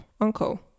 Uncle